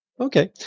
Okay